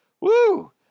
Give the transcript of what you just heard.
Woo